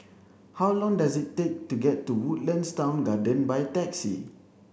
how long does it take to get to Woodlands Town Garden by taxi